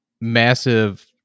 massive